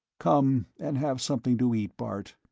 come and have something to eat, bart.